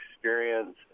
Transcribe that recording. experience